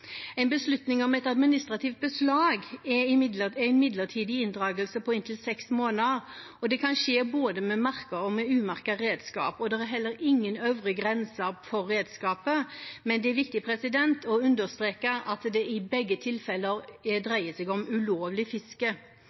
En beslutning om et administrativt beslag er en midlertidig inndragelse på inntil seks måneder, og det kan skje med både merkede og umerkede redskaper. Det er heller ingen øvre verdigrense for redskapet, men det er viktig å understreke at det i begge tilfeller dreier seg om ulovlig fiske.